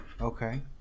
Okay